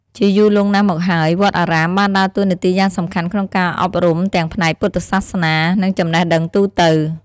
ជាយូរលង់ណាស់មកហើយ វត្តអារាមបានដើរតួនាទីយ៉ាងសំខាន់ក្នុងការអប់រំទាំងផ្នែកពុទ្ធសាសនា និងចំណេះដឹងទូទៅ។